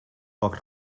poc